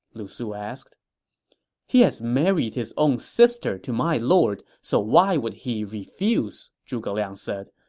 lu su asked he has married his own sister to my lord, so why would he refuse? zhuge liang said.